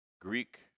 greek